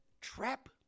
Trap